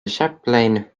chaplain